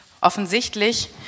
offensichtlich